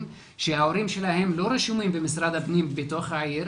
שההורים שלהם לא רשומים במשרד הפנים בתוך העיר,